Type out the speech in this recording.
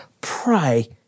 pray